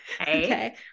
Okay